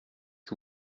que